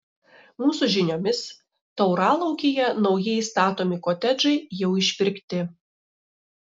mūsų žiniomis tauralaukyje naujai statomi kotedžai jau išpirkti